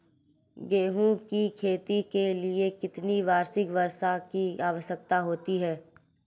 गेहूँ की खेती के लिए कितनी वार्षिक वर्षा की आवश्यकता होती है?